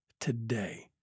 today